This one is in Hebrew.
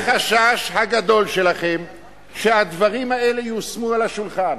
מה החשש הגדול שלכם שהדברים האלה יושמו על השולחן?